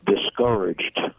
discouraged